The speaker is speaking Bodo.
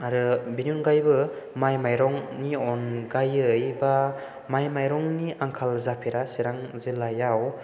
आरो बेनि अनगायैबो माइ माइरंनि अनगायै एबा माइ माइरंनि आंखाल जाफेरा चिरां जिल्लायाव